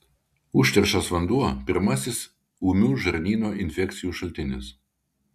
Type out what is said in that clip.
užterštas vanduo pirmasis ūmių žarnyno infekcijų šaltinis